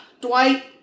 Dwight